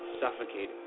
suffocated